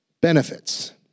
benefits